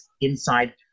inside